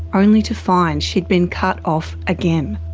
only to find she'd been cut off. again.